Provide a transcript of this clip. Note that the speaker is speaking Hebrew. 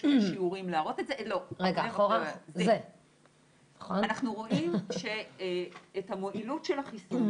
אנחנו רואים את המועילות של החיסון,